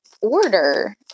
order